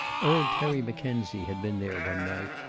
old terry mackenzie had been there one night,